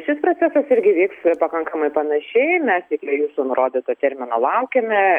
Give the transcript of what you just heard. šis procesas irgi vyks pakankamai panašiai mes iki jūsų nurodyto termino laukiame